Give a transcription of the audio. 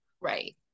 Right